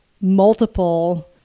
multiple